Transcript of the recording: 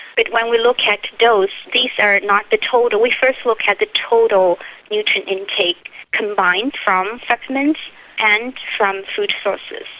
but when we look at dose, these are not the total, we first looked at the total nutrient intake combined from supplements and from food sources.